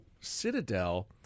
Citadel